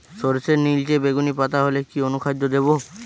সরর্ষের নিলচে বেগুনি পাতা হলে কি অনুখাদ্য দেবো?